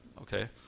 okay